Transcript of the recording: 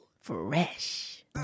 Fresh